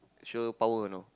sure power you know